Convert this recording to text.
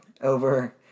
over